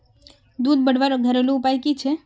दूध बढ़वार घरेलू उपाय की छे?